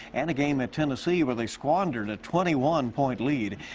and a game at tennessee where they squandered a twenty one point lead.